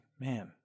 man